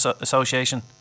Association